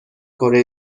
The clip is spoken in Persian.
کره